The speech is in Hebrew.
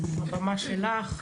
הבמה שלך.